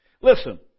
Listen